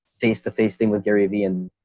face to face thing with gary vee. and